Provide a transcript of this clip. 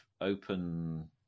open